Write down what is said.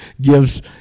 gives